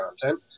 content